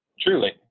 truly